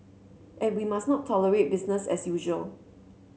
and we must not tolerate business as usual